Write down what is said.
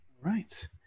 right